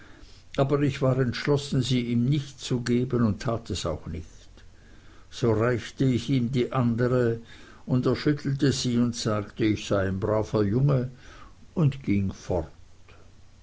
aber ich war entschlossen sie ihm nicht zu geben und tat es auch nicht so reichte ich ihm die andere und er schüttelte sie und sagte ich sei ein braver junge und ging fort